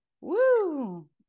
Woo